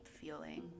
feeling